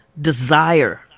desire